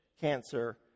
cancer